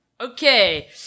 okay